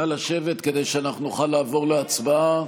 נא לשבת כדי שאנחנו נוכל לעבור להצבעה.